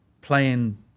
playing